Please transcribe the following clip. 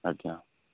ଆଜ୍ଞା